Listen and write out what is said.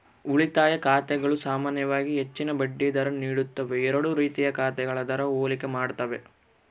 ಉಳಿತಾಯ ಖಾತೆಗಳು ಸಾಮಾನ್ಯವಾಗಿ ಹೆಚ್ಚಿನ ಬಡ್ಡಿ ದರ ನೀಡುತ್ತವೆ ಎರಡೂ ರೀತಿಯ ಖಾತೆಗಳ ದರ ಹೋಲಿಕೆ ಮಾಡ್ತವೆ